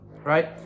right